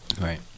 Right